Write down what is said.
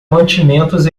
mantimentos